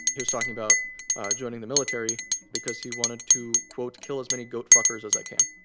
he was talking about joining the military because he wanted to, quote, kill as many goat-f but as as i can.